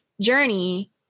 journey